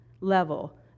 level